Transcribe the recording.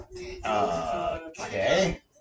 Okay